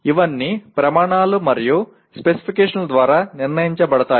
ఇవన్నీ ప్రమాణాలు మరియు స్పెసిఫికేషన్ల ద్వారా నిర్ణయించబడతాయి